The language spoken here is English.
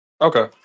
Okay